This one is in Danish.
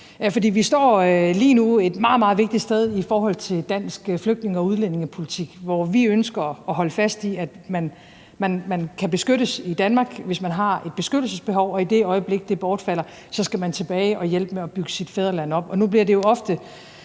vi står lige nu et meget, meget vigtigt sted i forhold til dansk flygtninge- og udlændingepolitik, hvor vi ønsker at holde fast i, at man kan beskyttes i Danmark, hvis man har et beskyttelsesbehov, og i det øjeblik det bortfalder, skal man tilbage og hjælpe med at bygge sit fædreland op. Nu bliver det jo ofte